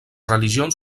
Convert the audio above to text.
religions